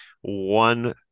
one